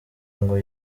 ngo